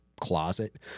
closet